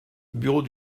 bureau